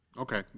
okay